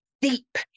deep